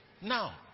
Now